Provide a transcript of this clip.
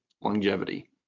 longevity